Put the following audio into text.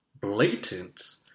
blatant